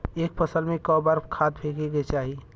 एक फसल में क बार खाद फेके के चाही?